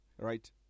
Right